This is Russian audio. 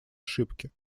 ошибки